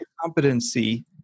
competency